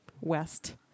West